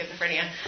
schizophrenia